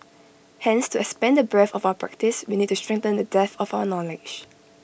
hence to expand the breadth of our practice we need to strengthen the depth of our knowledge